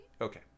Okay